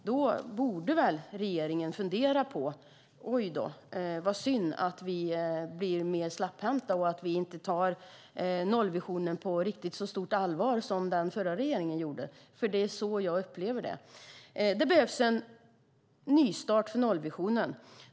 Då borde regeringen tycka att det är synd att man blir mer slapphänt och inte tar nollvisionen på riktigt så stort allvar som den förra regeringen gjorde. Det är så jag upplever det. Det behövs en nystart för nollvisionen.